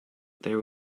there